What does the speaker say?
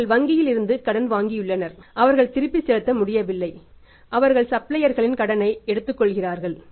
அவர்கள் வங்கியில் இருந்து கடன் வாங்கியுள்ளனர் அவர்கள் திருப்பிச் செலுத்த முடியவில்லை அவர்கள் சப்ளையர்களின் கடனை எடுத்துக்கொள்கிறார்கள்